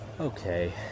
Okay